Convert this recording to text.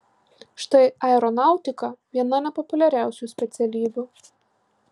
štai aeronautika viena nepopuliariausių specialybių